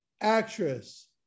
actress